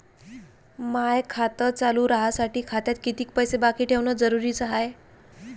माय खातं चालू राहासाठी खात्यात कितीक पैसे बाकी ठेवणं जरुरीच हाय?